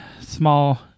small